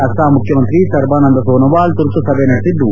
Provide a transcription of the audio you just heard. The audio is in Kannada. ಅಸ್ವಾಂ ಮುಖ್ಯಮಂತ್ರಿ ಸರ್ಬಾನಂದ್ ಸೋನೊವಾಲ್ ತುರ್ತುಸಭೆ ನಡೆಸಿದ್ದು